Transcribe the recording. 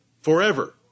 Forever